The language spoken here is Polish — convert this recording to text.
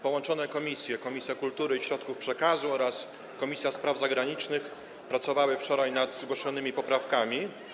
Połączone komisje: Komisja Kultury i Środków Przekazu oraz Komisja Spraw Zagranicznych pracowały wczoraj nad zgłoszonymi poprawkami.